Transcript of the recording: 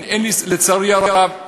לצערי הרב,